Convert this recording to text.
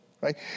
right